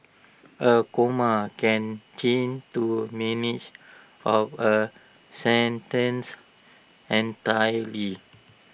A comma can change to of A sentence entirely